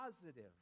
positive